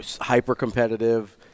hyper-competitive